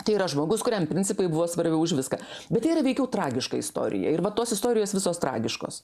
tai yra žmogus kuriam principai buvo svarbiau už viską bet tai yra veikiau tragiška istorija ir vat tos istorijos visos tragiškos